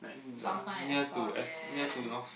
sold my S four ya